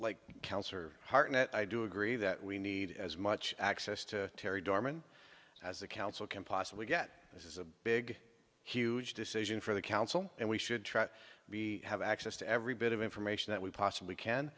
and i do agree that we need as much access to terri horman as the council can possibly get this is a big huge decision for the council and we should trust we have access to every bit of information that we possibly can